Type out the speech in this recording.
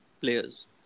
players